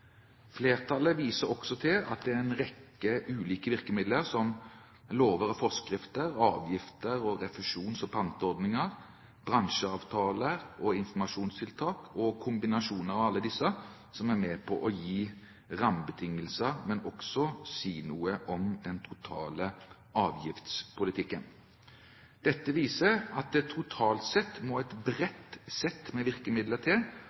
Flertallet viser også til at en rekke ulike virkemidler, som lover og forskrifter, avgifter, refusjons- og panteordninger, bransjeavtaler og informasjonstiltak, og kombinasjoner av alle disse, er med på å gi rammebetingelser, men viser også til den totale avfallspolitikken. Dette viser at det totalt sett må et bredt sett av virkemidler til